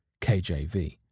KJV